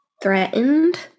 Threatened